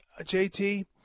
JT